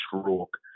stroke